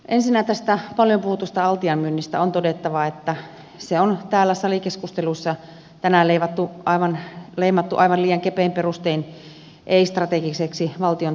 ensinnä tästä paljon puhutusta altian myynnistä on todettava että se on täällä salikeskustelussa tänään leimattu aivan liian kepein perustein ei strategiseksi valtion toiminnaksi